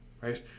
right